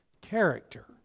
character